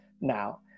now